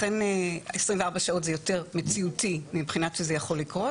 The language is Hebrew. לכן 24 שעות זה יותר מציאותי מבחינה שזה יכול לקרות.